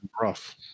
rough